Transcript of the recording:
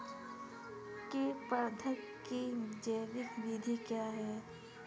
कीट प्रबंधक की जैविक विधि क्या है?